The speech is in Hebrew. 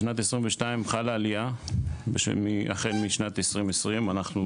בשנת 2022 חלה עלייה החל משנת 2020. אנחנו